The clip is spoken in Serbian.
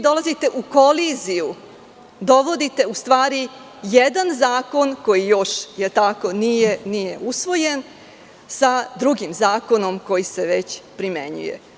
Dolazite u koliziju, dovodite jedan zakon koji još nije usvojen sa drugim zakonom koji se već primenjuje.